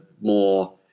more